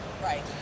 Right